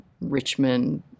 Richmond